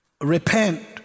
Repent